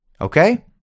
okay